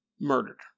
murdered